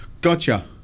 gotcha